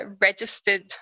Registered